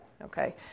Okay